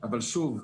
אבל שוב,